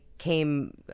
came